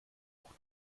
auch